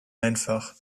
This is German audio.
einfach